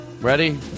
Ready